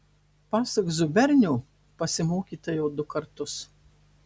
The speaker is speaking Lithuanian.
pasak zubernio pasimokyta jau du kartus